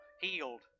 healed